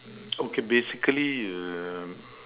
okay basically err